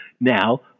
Now